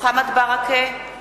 מוחמד ברכה,